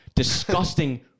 disgusting